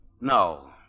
No